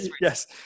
Yes